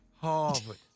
Harvard